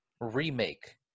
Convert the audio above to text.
remake